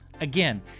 Again